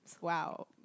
Wow